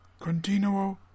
continuo